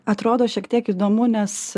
atrodo šiek tiek įdomu nes